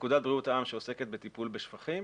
פקודת בריאות העם שעוסקת בטיפול בשפכים